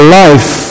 life